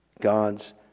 God's